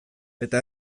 eta